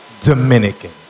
Dominican